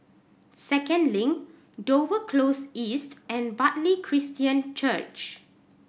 Second Link Dover Close East and Bartley Christian Church